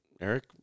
Eric